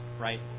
right